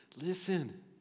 Listen